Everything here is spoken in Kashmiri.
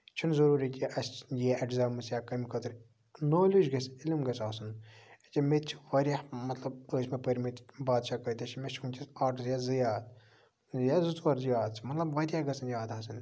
چھُنہٕ ضروٗری کہِ اَسہِ یی ایٚکزامَس یا کَمہِ خٲطرٕ نالیج گژھِ عِلِم گژھِ آسُن ییٚکیاہ مےٚ تہِ واریاہ مطلب واریاہ ٲسۍ مےٚ پٔرمٕتۍ بادشاہ کۭتیہ چھِ مےٚ چھِ ؤنکیٚس اکھ یا زٕ یاد یا زٕ ژور یاد چھِ مطلب واریاہ گژھن یاد آسٕنۍ